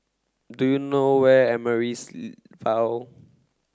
do you know where is Amaryllis Ville